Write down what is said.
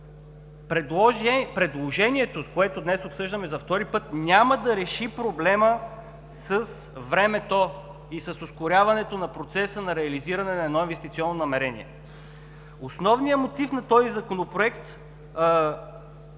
Предложението, което днес обсъждаме за втори път, няма да реши проблема с времето и с ускоряването на процеса на реализиране на едно инвестиционно намерение. Основният мотив на този Законопроект е